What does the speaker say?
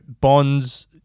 bonds